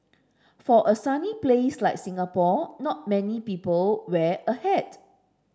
for a sunny place like Singapore not many people wear a hat